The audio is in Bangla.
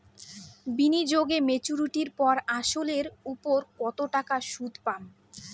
বিনিয়োগ এ মেচুরিটির পর আসল এর উপর কতো টাকা সুদ পাম?